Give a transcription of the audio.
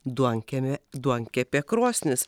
duonkemė duonkepė krosnis